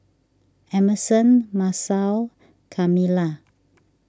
Emerson Masao and Kamilah